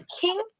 king